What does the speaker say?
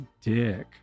dick